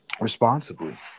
responsibly